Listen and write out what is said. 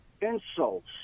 insults